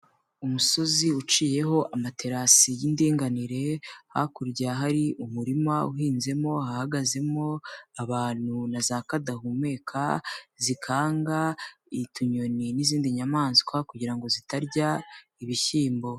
Umusozi uciyeho amaterasi y'indinganire, hakurya hari umurima uhinzemo hahagazemo abantu na za kadahumeka zikanga utunyoni n'izindi nyamaswa kugira ngo zitarya ibishyimbo.